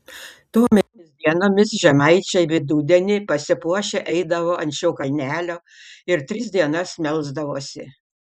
tomis dienomis žemaičiai vidudienį pasipuošę eidavo ant šio kalnelio ir tris dienas melsdavosi